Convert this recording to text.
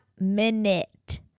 minute